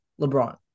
LeBron